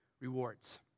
rewards